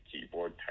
keyboard